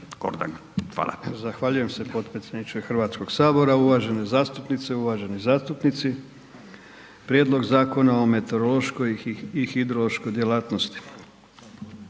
Zahvaljujem se potpredsjedniče HS-a, uvažene zastupnice, uvaženi zastupnici. Prijedlog Zakona o meteorološkoj i hidrološkoj djelatnosti.